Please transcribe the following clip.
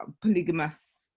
polygamous